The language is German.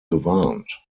gewarnt